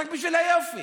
רק בשביל היופי.